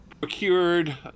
procured